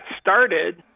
started